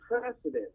precedent